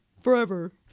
Forever